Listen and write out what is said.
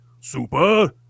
Super